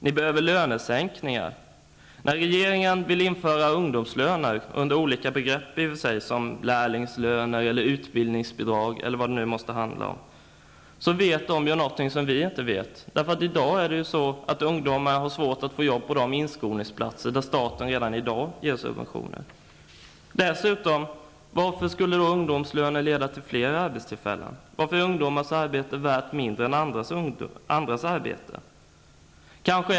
Ni behöver lönesänkningar. När regeringen vill införa ungdomslöner under olika begrepp såsom ''lärlingslöner'' eller ''utbildningsbidrag'', vet den något som vi andra inte vet. Redan i dag har ju ungdomar svårt att få jobb på de inskolningsplatser som staten nu subventionerar. Varför skulle då ungdomslöner leda till fler arbetstillfällen? Varför är ungdomars arbete mindre värt än andras arbete?